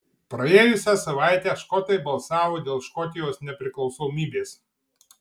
praėjusią savaitę škotai balsavo dėl škotijos nepriklausomybės